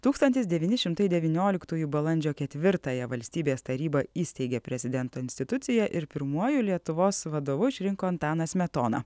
tūkstantis devyni šimtai devynioliktųjų balandžio ketvirtąją valstybės taryba įsteigė prezidento instituciją ir pirmuoju lietuvos vadovu išrinko antaną smetoną